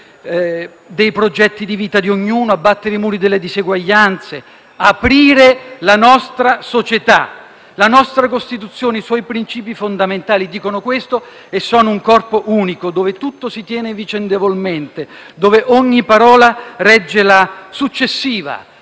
dei progetti di vita di ognuno; abbattere i muri delle diseguaglianze; aprire la nostra società. La nostra Costituzione e i suoi princìpi fondamentali dicono questo e sono un corpo unico dove tutto si tiene vicendevolmente, dove ogni parola regge la successiva.